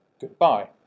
goodbye